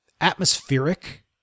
atmospheric